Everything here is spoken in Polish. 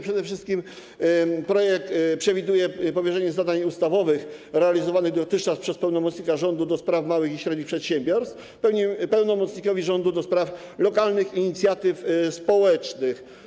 Przede wszystkim projekt przewiduje powierzenie zadań ustawowych realizowanych dotychczas przez pełnomocnika rządu do spraw małych i średnich przedsiębiorstw pełnomocnikowi rządu do spraw lokalnych inicjatyw społecznych.